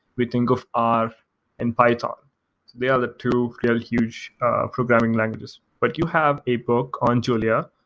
we think of r and python. they are the two very huge programming languages, but you have a book on julio,